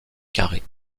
carrée